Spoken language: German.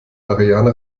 ariane